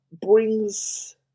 brings